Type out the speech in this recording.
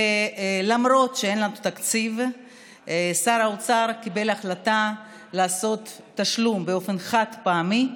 ולמרות שאין לנו תקציב שר האוצר קיבל החלטה לעשות תשלום באופן חד-פעמי.